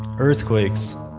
earthquakes